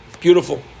beautiful